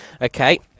okay